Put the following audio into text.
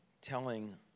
telling